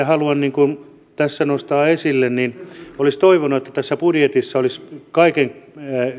haluan tässä erityisesti nostaa esille olisin toivonut että tässä budjetissa olisi kaiken